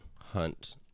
hunt